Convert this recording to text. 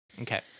Okay